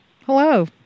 hello